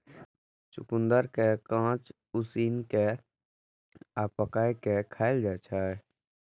चुकंदर कें कांच, उसिन कें आ पकाय कें खाएल जाइ छै